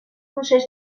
procés